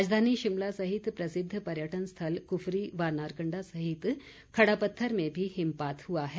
राजधानी शिमला सहित प्रसिद्व पर्यटक स्थल कुफरी व नारकंडा सहित खड़ापत्थर में भी हिमपात हुआ है